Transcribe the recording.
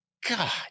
God